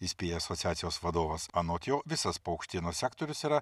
įspėja asociacijos vadovas anot jo visas paukštienos sektorius yra